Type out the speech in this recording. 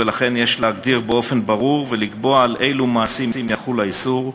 ולכן יש להגדיר באופן ברור ולקבוע על אילו מעשים יחול האיסור,